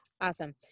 Awesome